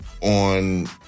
on